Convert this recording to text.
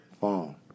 phone